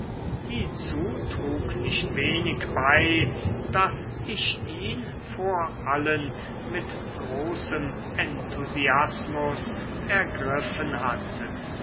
trug nicht wenig bei daß ich ihn vor allen mit großem enthusiasmus ergriffen hatte